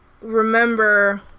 remember